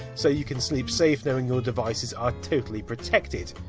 so you can sleep safe knowing your devices are totally protected.